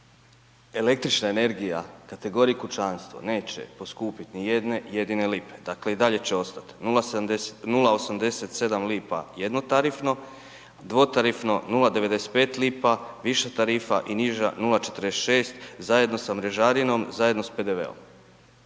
se ne razumije./... kućanstvo neće poskupiti ni jedne jedine lipe, dakle i dalje će ostati 0,87 lipa jednotarifno a dvotarifno 0,95 lipa, više tarifa i niža 0,46 zajedno sa mrežarinom, zajedno sa PDV-om.